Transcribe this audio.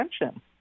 attention